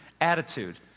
attitude